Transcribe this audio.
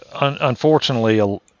unfortunately